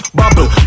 bubble